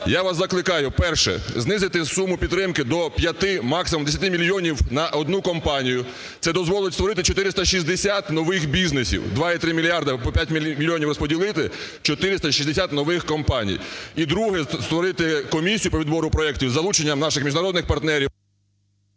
Я вас закликаю, перше – знизити суму підтримки до 5, максимум 10 мільйонів на одну компанію. Це дозволить створити 460 нових бізнесів: 2,3 мільярда по 5 мільйонів розподілити – 460 нових компаній. І друге – створити комісію по відбору проектів із залученням наших міжнародних партнерів.